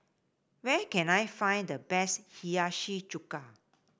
where can I find the best Hiyashi Chuka